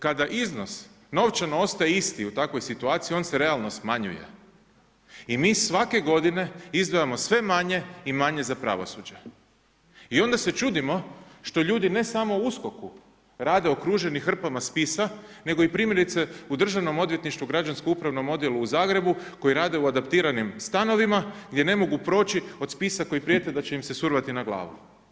Kada iznos novčano ostaje isti u takvoj situaciji, on se realno smanjuje i mi svake godine izdvajamo sve manje i manje za pravosuđe i onda se čudimo što ljudi ne samo u USKOK-u rade okruženi hrpama spisa, nego i primjerice u državnom odvjetništvu građansko-upravom odjelu u Zagrebu koji rade u adaptiranim stanovima gdje ne mogu proći od spisa koji prijete da će im se survati na glavu.